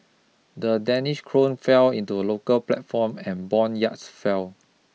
the Danish krone fell into the local platform and bond yields fell